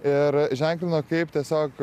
ir ženklino kaip tiesiog